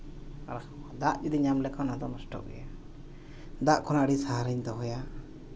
ᱫᱟᱜ ᱡᱩᱫᱤ ᱧᱟᱢ ᱞᱮᱠᱷᱟᱱ ᱟᱫᱚ ᱱᱚᱥᱴᱚᱜ ᱜᱮᱭᱟ ᱫᱟᱜ ᱠᱷᱚᱱ ᱟᱹᱰᱤ ᱥᱟᱦᱟᱨᱤᱧ ᱫᱚᱦᱚᱭᱟ